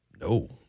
no